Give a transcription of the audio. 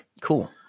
Cool